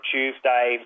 Tuesday